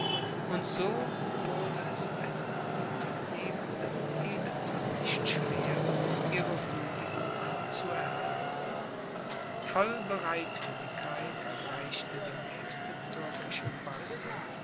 und so wurde es einem unternehmenden edelmann nicht schwer ihre huldigung zu erhalten voll bereitwilligkeit reichte der nächste türkische bassa